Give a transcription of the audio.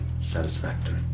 satisfactory